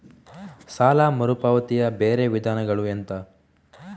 ಸಾಲ ಮರುಪಾವತಿಯ ಬೇರೆ ವಿಧಾನಗಳು ಎಂತ?